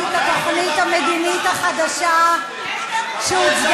מספיק אחת.